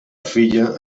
filla